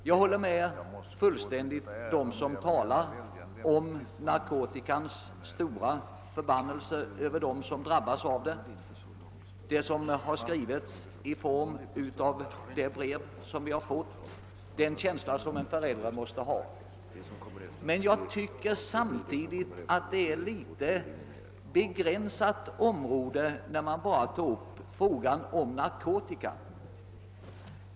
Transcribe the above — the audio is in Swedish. Jag håller fullständigt med dem som talar om den stora förbannelse narkotika utgör för dem som drabbas därav, och jag instämmer i vad som skrivits i det brev som vi har fått. Jag förstår den känsla som måste gripa en förälder. Men jag tycker samtidigt att det innebär en begränsning av området när man bara tar upp frågan om narkotika.